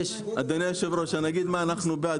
אדוני היושב ראש, אני אגיד מה אנחנו בעד.